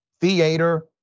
theater